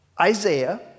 Isaiah